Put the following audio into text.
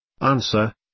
Answer